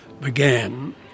began